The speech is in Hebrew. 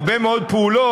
הרבה מאוד פעולות,